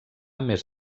més